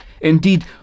Indeed